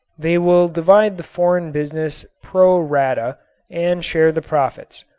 they will divide the foreign business pro rata and share the profits.